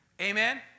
Amen